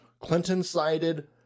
Clinton-sided